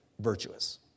virtuous